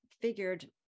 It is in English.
figured